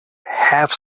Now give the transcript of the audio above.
half